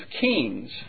kings